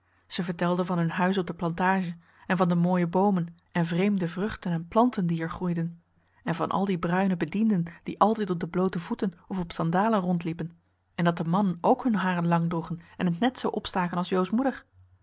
toen telde van hun huis op de plantage en van de mooie boomen en vreemde vruchten en planten die er groeiden en van al die bruine bedienden die altijd op de bloote voeten of op sandalen rondliepen en dat de mannen ook hun haren lang droegen en het net zoo opstaken als jo's moeder